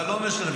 אבל לא משנה,